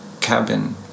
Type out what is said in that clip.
cabin